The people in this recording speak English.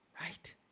right